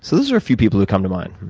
so those are a few people who come to mind.